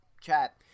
chat